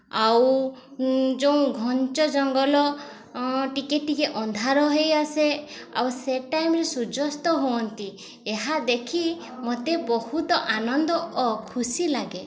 ଆଉ ଯେଉଁ ଘଞ୍ଚ ଜଙ୍ଗଲ ଟିକିଏ ଟିକିଏ ଅନ୍ଧାର ହୋଇଆସେ ଆଉ ସେ ଟାଇମ୍ରେ ସୂର୍ଯ୍ୟାସ୍ତ ହୁଅନ୍ତି ଏହା ଦେଖି ମୋତେ ବହୁତ ଆନନ୍ଦ ଓ ଖୁସି ଲାଗେ